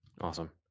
Awesome